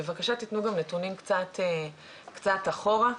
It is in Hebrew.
אני חושבת שבהרבה מהרגולציה כן משאירים את האוכלוסייה הוותיקה מאחורה.